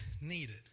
needed